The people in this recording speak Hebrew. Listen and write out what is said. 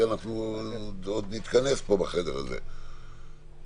אנחנו עוד נתכנס בחדר הזה,